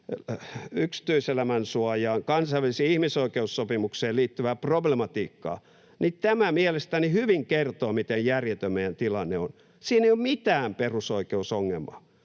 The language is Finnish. yksityiselämän suojaan ja kansainvälisiin ihmisoikeussopimuksiin liittyvää problematiikkaa, mielestäni hyvin kertoo, miten järjetön meidän tilanne on. Siinä ei ole mitään perusoikeusongelmaa.